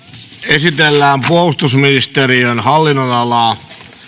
esitellään puolustusministeriön hallinnonalaa